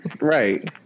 right